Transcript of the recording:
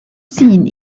seen